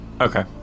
Okay